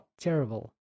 terrible